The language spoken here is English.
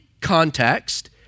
context